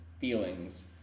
feelings